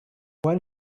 when